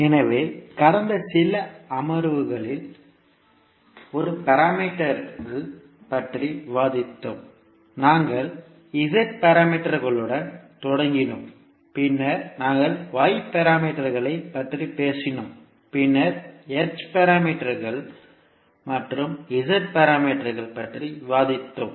எனவே கடந்த சில அமர்வுகளில் ஒரு பாராமீட்டர்கள் பற்றி விவாதித்தோம் நாங்கள் z பாராமீட்டர்களுடன் தொடங்கினோம் பின்னர் நாங்கள் y பாராமீட்டர்களைப் பற்றி பேசினோம் பின்னர் h பாராமீட்டர்கள் மற்றும் g பாராமீட்டர்கள் பற்றி விவாதித்தோம்